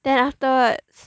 then afterwards